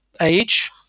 age